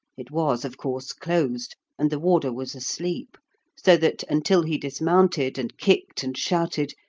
it was, of course, closed, and the warder was asleep so that, until he dismounted, and kicked and shouted,